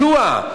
מדוע?